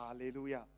Hallelujah